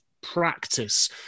practice